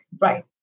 Right